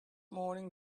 morning